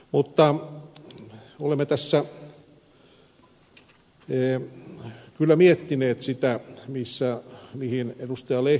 mutta olemme tässä kyllä miettineet sitä mihin ed